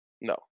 no